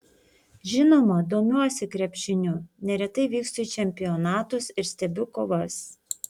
žinoma domiuosi krepšiniu neretai vykstu į čempionatus ir stebiu kovas